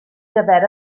gyfer